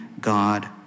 God